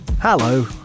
hello